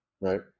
right